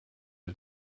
his